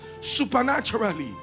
supernaturally